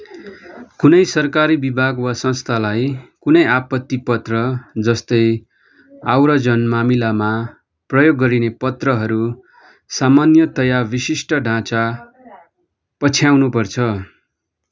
कुनै सरकारी विभाग वा संस्थालाई कुनै आपत्ति पत्र जस्तै आव्रजन मामिलामा प्रयोग गरिने पत्रहरू सामान्यतया विशिष्ट ढाँचा पछ्याउनुपर्छ